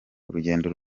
urugendo